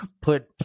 put